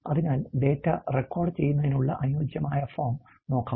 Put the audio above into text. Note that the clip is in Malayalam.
അതിനാൽ ഡാറ്റ റെക്കോർഡുചെയ്യുന്നതിനുള്ള അനുയോജ്യമായ ഫോം നോക്കാം